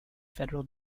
federal